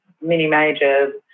mini-majors